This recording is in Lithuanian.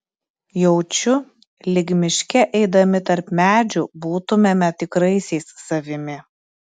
jaučiu lyg miške eidami tarp medžių būtumėme tikraisiais savimi